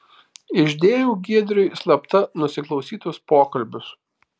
išdėjau giedriui slapta nusiklausytus pokalbius